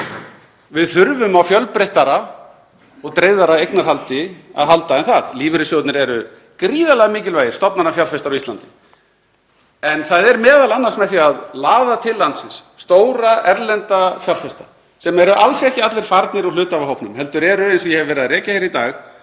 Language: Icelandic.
Við þurfum á fjölbreyttara og dreifðara eignarhaldi að halda en það. Lífeyrissjóðirnir eru gríðarlega mikilvægir stofnanafjárfestar á Íslandi en við þurfum að laða til landsins stóra erlenda fjárfesta og þeir eru alls ekki allir farnir úr hluthafahópnum. Eins og ég hef verið að rekja hér í dag